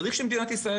צריך שמדינת ישראל,